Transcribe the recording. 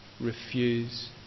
refuse